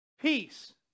peace